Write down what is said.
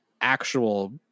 actual